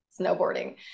snowboarding